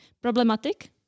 problematic